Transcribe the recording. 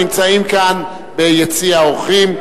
שנמצאים כאן ביציע האורחים.